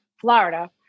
Florida